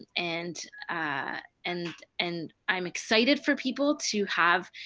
and and and i'm excited for people to have